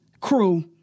crew